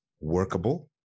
workable